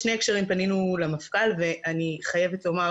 פנינו למפכ"ל בשני הקשרים ואני חייבת לומר,